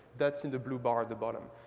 that's in the blue bar at the bottom.